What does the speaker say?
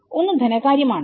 ഒന്ന് ധനകാര്യം ആണ്